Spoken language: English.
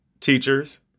teachers